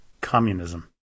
communism